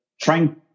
trying